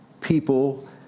people